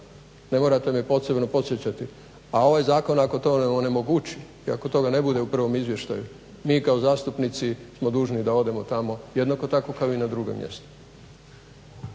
ne morate me posebno podsjećati. A ovaj zakon ako to ne onemogući i ako toga ne bude u prvom izvještaju mi kao zastupnici smo dužni da odemo tamo jednako tako kao i na druga mjesta.